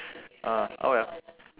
ah oh well